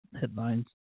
headlines